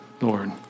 Lord